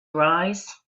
arise